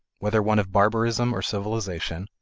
whether one of barbarism or civilization,